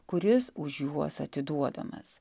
kuris už juos atiduodamas